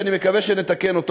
ואני מקווה שנתקן אותו.